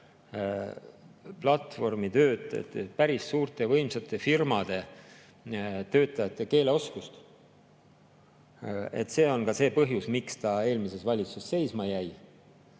platvormitöötajate, päris suurte ja võimsate firmade töötajate keeleoskust. See on see põhjus, miks [eelnõu] eelmises valitsuses seisma jäi.